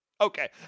okay